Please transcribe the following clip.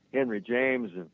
henry james,